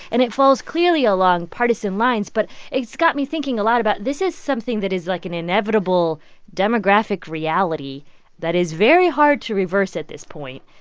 and it falls clearly along partisan lines. but it's got me thinking a lot about this is something that is like an inevitable demographic reality that is very hard to reverse at this point.